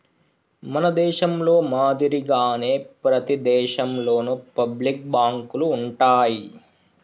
మన దేశంలో మాదిరిగానే ప్రతి దేశంలోను పబ్లిక్ బాంకులు ఉంటాయి